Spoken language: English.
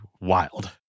wild